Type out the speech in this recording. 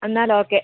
എന്നാൽ ഓക്കെ